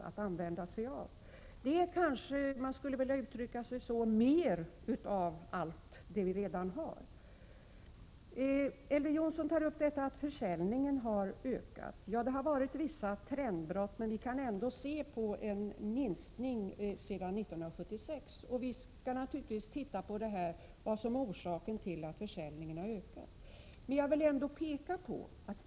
Man kanske kan uttrycka sig så, att programmet innehåller mer av allt det som vi redan har. Elver Jonsson nämnde att försäljningen av alkohol har ökat. Ja, det har skett vissa trendbrott. Men vi kan ändå konstatera en minskning sedan 1976. Naturligtvis skall vi studera vad som är orsaken till att försäljningen har ökat.